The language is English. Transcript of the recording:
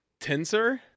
Tensor